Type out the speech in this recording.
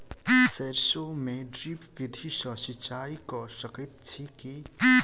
सैरसो मे ड्रिप विधि सँ सिंचाई कऽ सकैत छी की?